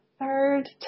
third